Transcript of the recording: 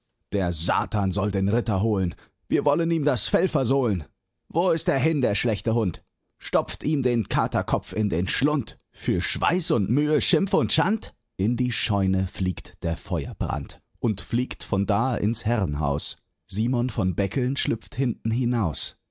der satan soll den ritter hol'n wir wollen ihm das fell versohl'n wo ist er hin der schlechte hund stopft ihm den katerkopf in den schlund für schweiß und mühe schimpf und schand in die scheune fliegt der feuerbrand und fliegt von da ins herrenhaus simon von beckeln schlüpft hinten hinaus